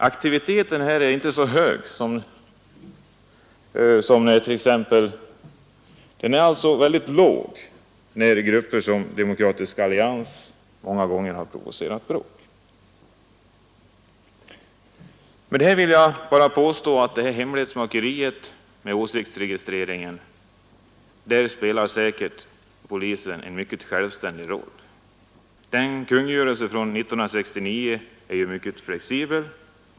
Aktiviteten har varit väldigt låg när grupper som exempelvis Demokratisk allians provocerat bråk. Med det anförda vill jag bara påstå att polisen säkert spelar en mycket självständig roll i den här åsiktsregistreringen. Kungörelsen från 1969 är mycket flexibel.